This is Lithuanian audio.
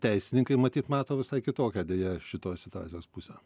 teisininkai matyt mato visai kitokią deja šitos situacijos pusę